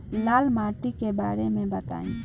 लाल माटी के बारे में बताई